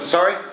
Sorry